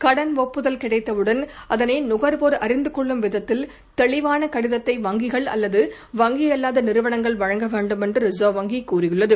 கடன் ஒப்புதல் கிடைத்தவுடன் அதளை நுகர்வோர் அறிந்து கொள்ளும் விதத்தில் தெளிவாள கடிதத்தை வங்கிகள் அல்லது வங்கி அல்வாத நிறுவனங்கள் வழங்க வேண்டும் என்று ரிசர்வ் வங்கி தெரிவித்துள்ளது